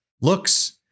looks